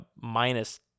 minus